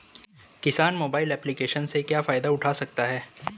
किसान mobile application से क्या फायदा उठा सकता है?